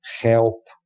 help